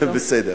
בסדר.